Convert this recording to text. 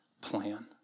plan